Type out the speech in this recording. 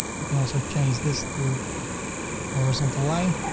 you can also change this to horizontal line.